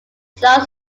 lyndon